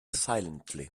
silently